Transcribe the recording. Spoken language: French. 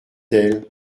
elle